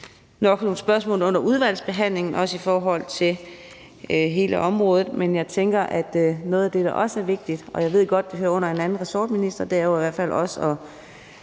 nok nogle spørgsmål under udvalgsbehandlingen, også i forhold til hele området, men jeg tænker, at noget af det, der også er vigtigt – og jeg ved godt, det hører under en anden ressortminister – jo i hvert fald også er